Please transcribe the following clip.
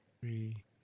three